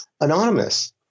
anonymous